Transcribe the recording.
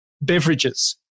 Beverages